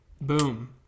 Boom